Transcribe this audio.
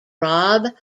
rob